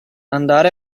andare